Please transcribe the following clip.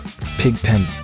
Pigpen